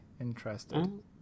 interested